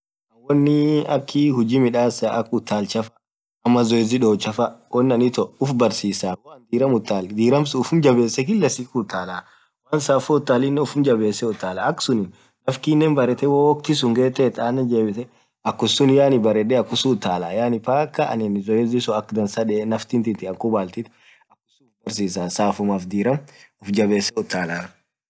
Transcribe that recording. Wonni akhii huji midhasaa akaa utalchaaa faa ama zoezi dhochaa faa wonn Ann ithoo uff barsisa woanin dhiram utall dhiram suun uffum jabbesee kila siku utalaa woann saffo utalinen uffum jabbesee utalaa akasunin nafff kinen barrethe woo woktiii sunn ghethethu ananen jebithe akhum suun yaani baredhe akhum sunn utalaa yaani mpkaa aninn zoezi suun akaa. dhansaa dhee nafftii thinthi anakhubalthit akhum sunn uff barsisa saffum dhiram uff jabbesee utalaa